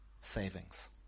savings